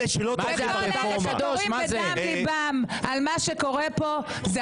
לכל אלה שמדברים מדם ליבם על מה שקורה פה.